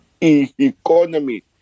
economy